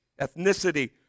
ethnicity